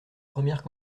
premières